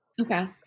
Okay